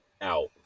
out